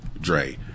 Dre